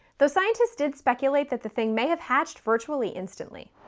though scientists did speculate that the thing may have hatched virtually instantly.